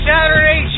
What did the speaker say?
Saturday